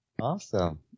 Awesome